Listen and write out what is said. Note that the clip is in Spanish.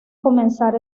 comenzar